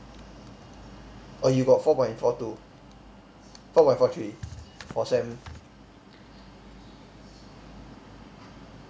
oh you got four point four two four point four three for sem